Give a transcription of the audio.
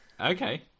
Okay